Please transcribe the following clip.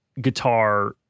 guitar